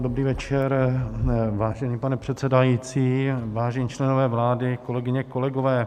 Dobrý večer, vážený pane předsedající, vážení členové vlády, kolegyně, kolegové.